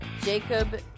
Jacob